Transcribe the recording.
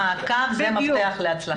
מעקב ובקרה, זה המפתח להצלחה.